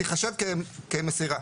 תיחשב כמסירה.